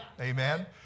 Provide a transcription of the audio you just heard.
Amen